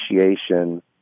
appreciation